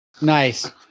Nice